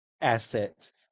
assets